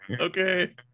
okay